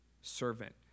servant